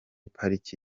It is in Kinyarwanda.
pariki